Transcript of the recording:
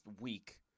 week